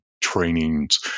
trainings